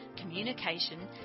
communication